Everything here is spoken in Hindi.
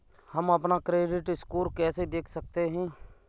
हम अपना क्रेडिट स्कोर कैसे देख सकते हैं?